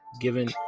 given